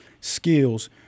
skills